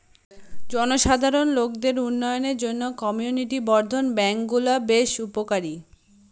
জনসাধারণ লোকদের উন্নয়নের জন্য কমিউনিটি বর্ধন ব্যাঙ্কগুলা বেশ উপকারী